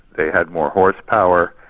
they had more horsepower,